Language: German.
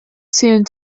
zählen